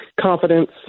Confidence